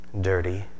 dirty